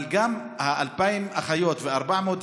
אבל גם 2,000 אחיות ו-400 רופאים,